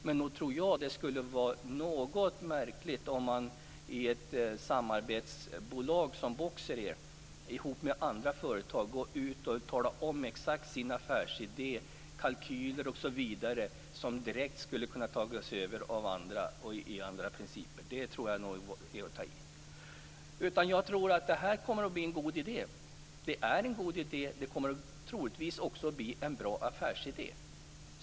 Men nog tror jag att det vore märkligt att ett samarbetsbolag som Boxer skulle gå ut tillsammans med andra företag och tala om den exakta affärsidén, kalkyler osv. som direkt kan tas över av andra. Det är att ta i. Jag tror att det här kommer att vara en god idé. Det är en god idé. Det kommer troligtvis också att bli en bra affärsidé.